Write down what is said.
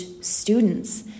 students